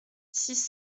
six